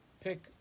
pick